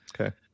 okay